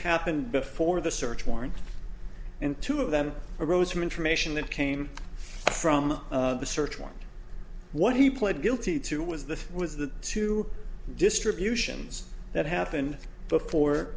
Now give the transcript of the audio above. happened before the search warrant and two of them arose from information that came from the search warrant what he pled guilty to was the was the two distributions that happened before